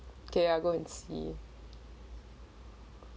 okay I go and see